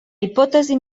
hipòtesi